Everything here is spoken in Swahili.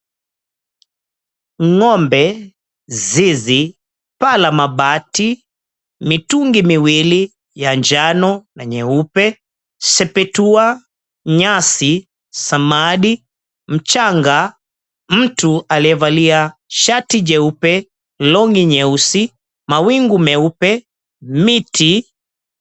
Ng'ombe, zizi, paa la mabati, mitungi miwili ya njano na nyeupe, sepetua, nyasi, samadi, mchanga, mtu aliyevalia shati jeupe, long'i nyeusi, mawingu meupe, miti.